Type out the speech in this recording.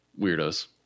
weirdos